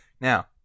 Now